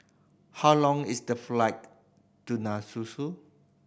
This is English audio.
how long is the flight to Nassau